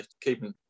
keeping